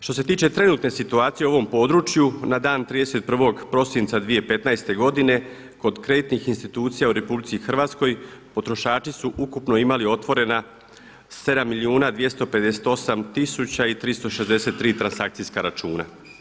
Što se tiče trenutne situacije u ovom području na dan 31. prosinca 2015. godine kod kreditnih institucija u RH potrošači su ukupno imali otvorena, 7 milijuna 258 tisuća i 363 transakcijska računa.